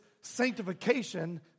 sanctification